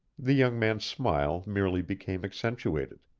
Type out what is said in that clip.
the young man's smile merely became accentuated.